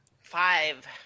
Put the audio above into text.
Five